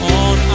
on